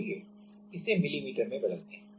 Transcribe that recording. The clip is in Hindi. तो चलिए इसे मिमी में बदलते हैं